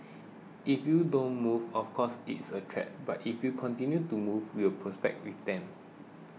if you don't move of course it's a threat but if you continue to move we will prosper with them